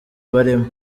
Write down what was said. barimo